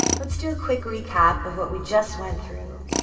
let's do a quick recap of what we just went through.